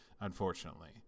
unfortunately